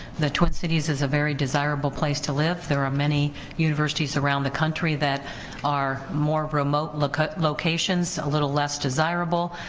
the twin cities is a very desirable place to live, there are many universities around the country that are more remote ah locations a little less desirable,